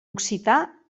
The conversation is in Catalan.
occità